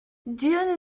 dieu